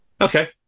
Okay